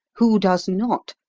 who does not?